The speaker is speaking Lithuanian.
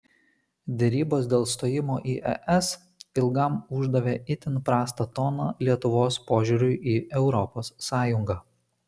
derybos dėl stojimo į es ilgam uždavė itin prastą toną lietuvos požiūriui į europos sąjungą